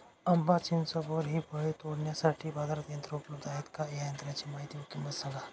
आंबा, चिंच, बोर हि फळे तोडण्यासाठी बाजारात यंत्र उपलब्ध आहेत का? या यंत्रांची माहिती व किंमत सांगा?